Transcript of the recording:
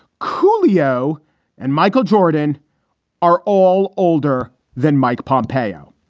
coolio and michael jordan are all older than mike pompeo.